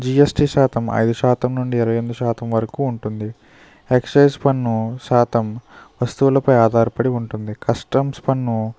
GST శాతం ఐదు శాతం నుండి ఇరవై ఎనిమిది శాతం వరకు ఉంటుంది ఎక్సేజ్ పన్ను శాతం వస్తువులపై ఆధారపడి ఉంటుంది కస్టమ్స్ పన్ను